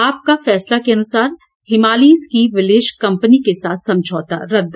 आपका फैसला के अनुसार हिमालयी स्की विलेज कंपनी के साथ समझौता रद्द